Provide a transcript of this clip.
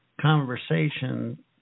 conversation